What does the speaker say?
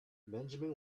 benjamin